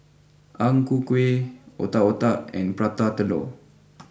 Ang Ku Kueh Otak Otak and Prata Telur